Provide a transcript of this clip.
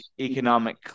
economic